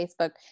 Facebook